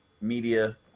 media